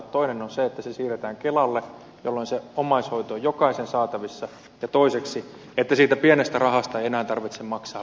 toinen on se että se siirretään kelalle jolloin omaishoito on jokaisen saatavissa ja toiseksi että siitä pienestä rahasta ei enää tarvitse maksaa veroja